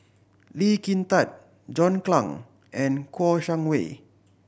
Lee Kin Tat John Clang and Kouo Shang Wei